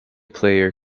player